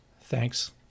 Thanks